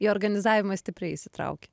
į organizavimą stipriai įsitrauki